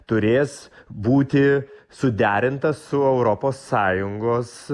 turės būti suderinta su europos sąjungos